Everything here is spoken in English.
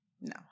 no